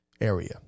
area